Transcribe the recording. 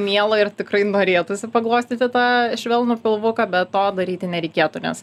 miela ir tikrai norėtųsi paglostyti tą švelnų pilvuką bet to daryti nereikėtų nes